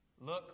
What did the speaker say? look